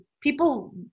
people